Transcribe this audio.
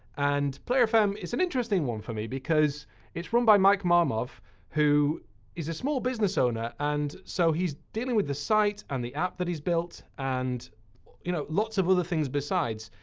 and player fm is an interesting one for me because it's run by mike um um who is a small business owner, and so he's dealing with the sites and the app that he's built and you know lots of other things besides.